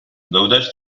gaudeix